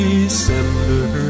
December